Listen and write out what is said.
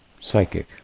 psychic